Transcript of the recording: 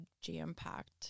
jam-packed